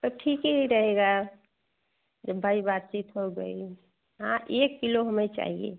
तब ठीक ही रहेगा जब भाई बातचीत हो गई हाँ एक किलो हमें चाहिए